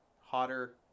hotter